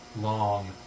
long